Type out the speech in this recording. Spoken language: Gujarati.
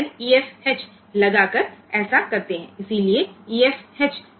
તેથી આપણે પેટર્ન EFH ને P1 પર મૂકીને આમ કરીએ છીએ